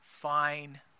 fine